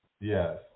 Yes